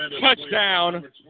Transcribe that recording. touchdown